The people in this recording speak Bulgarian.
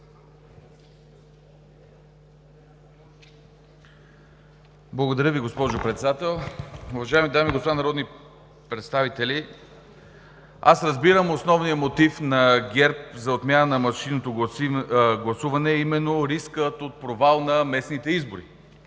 Благодаря Ви, госпожо Председател. Уважаеми дами и господа народни представители! Аз разбирам основния мотив на ГЕРБ за отмяна на машинното гласуване, а именно: рискът от провал на местните избори.